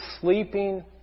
sleeping